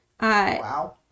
wow